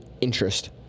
interest